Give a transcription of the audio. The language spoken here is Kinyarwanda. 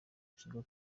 kigo